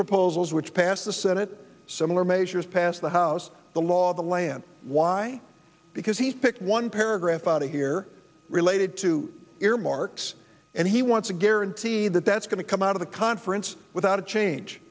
proposals which passed the senate similar measures passed the house the law of the land why because he's picked one paragraph out of here related to earmarks and he wants a guarantee that that's going to come out of the conference without a change